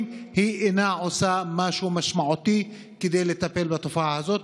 היא אינה עושה משהו משמעותי כדי לטפל בתופעה הזו.